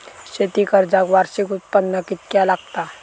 शेती कर्जाक वार्षिक उत्पन्न कितक्या लागता?